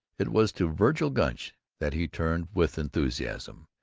it was to vergil gunch that he turned with enthusiasm.